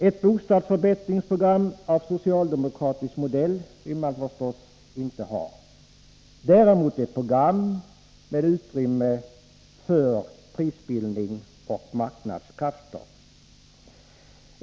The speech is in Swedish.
Ett bostadsförbättringsprogram av socialdemokratisk modell vill man förstås inte ha, däremot ett program med utrymme för marknadskrafter och prisbildning.